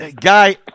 guy